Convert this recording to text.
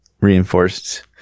reinforced